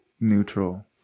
neutral